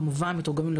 כמובן,